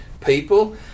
people